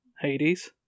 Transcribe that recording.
Hades